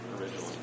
Originally